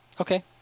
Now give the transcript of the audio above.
Okay